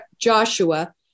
Joshua